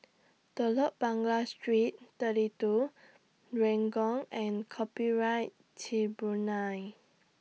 Telok Blangah Street thirty two Renjong and Copyright Tribunal